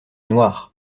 noir